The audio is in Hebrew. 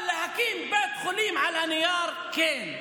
אבל להקים בית חולים על הנייר, כן.